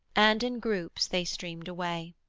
and in groups they streamed away.